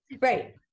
right